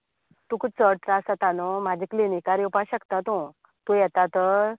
तुका चड त्रास जाता न्हू म्हाजे क्लिनिकांर येवपाक शकता तो तूं तूं येता तर